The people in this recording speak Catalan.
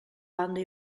banda